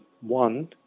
one